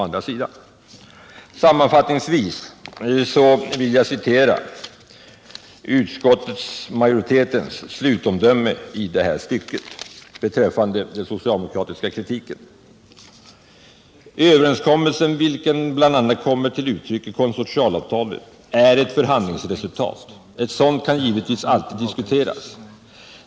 Jag vill emellertid citera utskottsmajoritetens slutomdöme beträffande den socialdemokratiska kritiken: ”Överenskommelsen, vilken bl.a. kommer till uttryck i konsortialavtalet, är ett förhandlingsresultat. Ett sådant kan givetvis alltid diskuteras.